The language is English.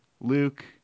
Luke